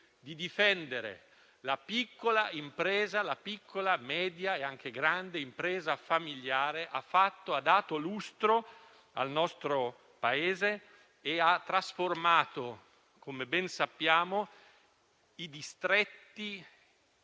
e difenderlo. La piccola, media e anche grande impresa familiare ha dato lustro al nostro Paese e ha trasformato, come ben sappiamo, i distretti